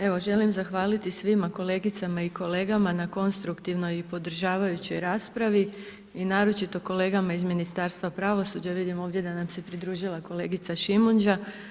Evo, želim zahvaliti svima kolegicama i kolegama na konstruktivnoj i podržavajućoj raspravi i naročito kolegama iz Ministarstva pravosuđa, vidim ovdje da nam se pridružila kolegica Šimunđa.